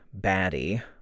baddie